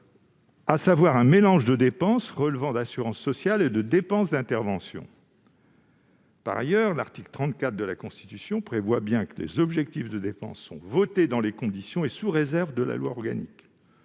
à savoir un mélange de dépenses relevant d'assurances sociales et de dépenses d'intervention. Par ailleurs, l'article 34 de la Constitution prévoit bien que les objectifs de dépenses sont votés « dans les conditions et sous les réserves prévues par une loi organique